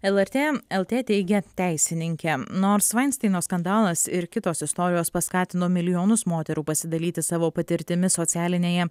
lrt lt teigė teisininkė nors vainsteino skandalas ir kitos istorijos paskatino milijonus moterų pasidalyti savo patirtimi socialinėje